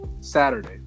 Saturday